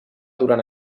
durant